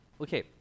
okay